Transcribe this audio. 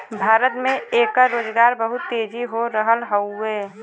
भारत में एकर रोजगार बहुत तेजी हो रहल हउवे